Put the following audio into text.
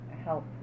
help